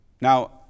Now